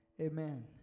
amen